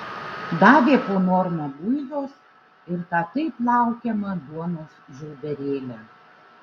davė po normą buizos ir tą taip laukiamą duonos žiauberėlę